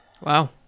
Wow